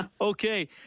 Okay